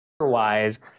Otherwise